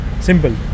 Simple